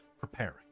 preparing